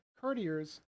courtiers